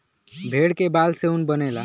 भेड़ के बाल से ऊन बनेला